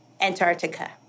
Antarctica